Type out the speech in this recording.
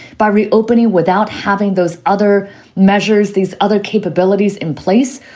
by reopening without having those other measures, these other capabilities in place.